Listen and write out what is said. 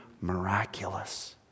miraculous